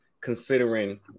considering